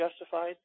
justified